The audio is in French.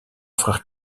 frère